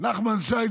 נחמן שי,